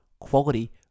quality